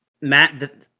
Matt